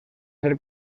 ser